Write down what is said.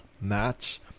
match